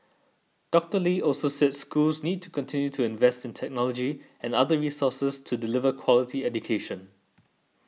Doctor Lee also said schools need to continue to invest in technology and other resources to deliver quality education